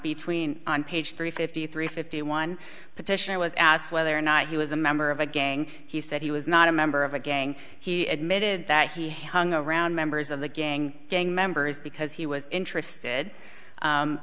between on page three fifty three fifty one petitioner was asked whether or not he was a member of a gang he said he was not a member of a gang he admitted that he hang around members of the gang gang members because he was interested